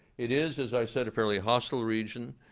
it is, as i said, a fairly hostile region.